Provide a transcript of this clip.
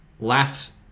Last